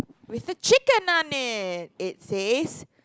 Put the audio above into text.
where's the chicken on it it says